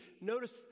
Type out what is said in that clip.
notice